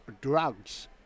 drugs